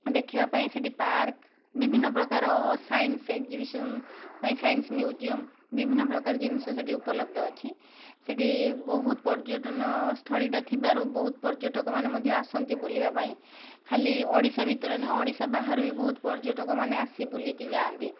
ଦେଖିବା ପାଇଁ ସେଠି ପାର୍କ ବିଭିନ୍ନ ପ୍ରକାର ସାଇନ୍ସ ଏକ୍ସଜିବିସନ୍ ପାଇଁ ସାଇନ୍ସ ମ୍ୟୁଜିଅମ୍ ବିଭିନ୍ନ ପ୍ରକାର ଜିନିଷ ସେଠି ଉପଲବ୍ଧ ଅଛି ସେଠି ବହୁତ ପର୍ଯ୍ୟଟନ ସ୍ଥଳୀଟା ଥିବାରୁ ବହୁତ ପର୍ଯ୍ୟଟକ ମାନେ ମଧ୍ୟ ଆସନ୍ତି ବୁଲିବା ପାଇଁ ଖାଲି ଓଡ଼ିଶା ଭିତର ନୁହେଁ ଓଡ଼ିଶା ବାହାରୁ ବି ବହୁତ ପର୍ଯ୍ୟଟକ ମାନେ ଆସି ବୁଲିକି ଯାଆନ୍ତି